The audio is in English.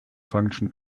function